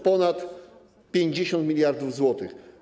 Ponad 50 mld zł.